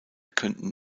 könnten